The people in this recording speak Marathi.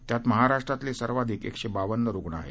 त्यात महाराष्ट्रातले सर्वाधिक एकशे बावन्न रुग्ण आहेत